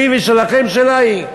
שלי ושלכם, שלה היא.